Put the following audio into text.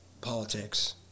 politics